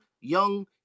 young